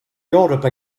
europe